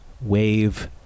wave